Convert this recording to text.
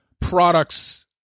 products –